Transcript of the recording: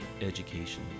education